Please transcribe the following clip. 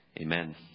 Amen